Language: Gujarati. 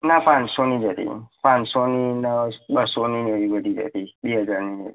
ના પાંચસોની જ હતી નોટ પાંચસોની ને બસ્સોની ને એવી બધી જ હતી બે હજારની ને